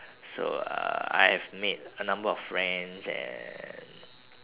so uh I have made a number of friends and